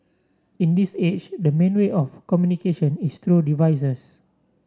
in this age the main way of communication is through devices